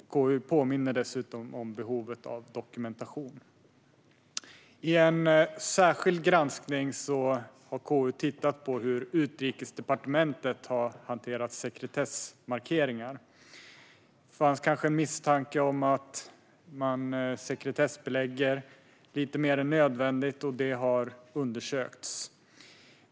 KU påminner dessutom om behovet av dokumentation. I en särskild granskning har KU tittat på hur Utrikesdepartementet har hanterat sekretessmarkeringar. Det fanns en misstanke om att man sekretessbelägger lite mer än nödvändigt, och det har undersökts.